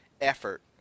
effort